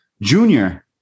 Junior